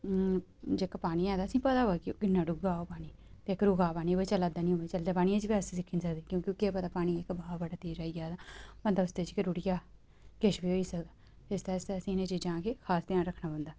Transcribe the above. जेह्का पानी है ते असे ईं पता होऐ किन्ना डूंह्गा होग जेह्का रुके दा पानी होऐ चला दा नेईं होऐ चलदै पानियै च बी अस सिक्खी निं सकदे क्योंकि केह् पता पानियै दा बहाव बड़ा तेज आई जा तां बंदा उसदै च गै रुढ़ी जा किश बी होई सकदा इसदे आस्तै असे ईं इ'नें चीजें दा कि खास ध्यान रक्खना पौंदा